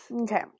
Okay